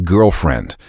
Girlfriend